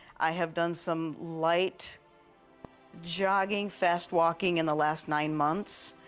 i have done some light jogging fast walking in the last nine months,